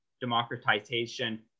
democratization